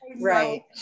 right